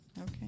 okay